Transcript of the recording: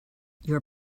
your